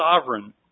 sovereign